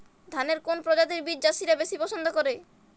ধানের কোন প্রজাতির বীজ চাষীরা বেশি পচ্ছন্দ করে?